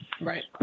right